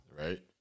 Right